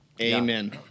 Amen